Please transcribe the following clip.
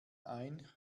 ein